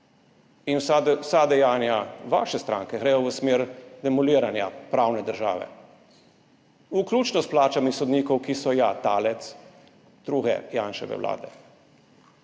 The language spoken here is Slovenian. Vsa dejanja vaše stranke gredo v smer demoliranja pravne države, vključno s plačami sodnikov, ki so, ja, talec druge Janševe vlade.